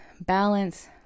balance